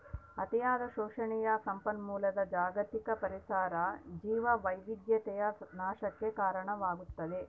ಅತಿಯಾದ ಶೋಷಣೆಯು ಸಂಪನ್ಮೂಲದ ಜಾಗತಿಕ ಪರಿಸರ ಜೀವವೈವಿಧ್ಯತೆಯ ನಾಶಕ್ಕೆ ಕಾರಣವಾಗ್ತದ